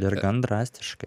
ir gan drastiškai